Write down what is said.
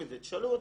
יש את זה,